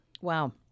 Wow